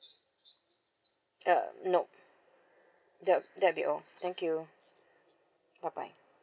uh nope that be all thank you bye bye